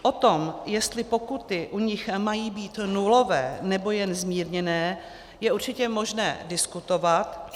O tom, jestli pokuty u nich mají být nulové, nebo jen zmírněné, je určitě možné diskutovat.